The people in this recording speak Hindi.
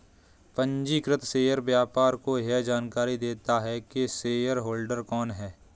पंजीकृत शेयर व्यापार को यह जानकरी देता है की शेयरहोल्डर कौन है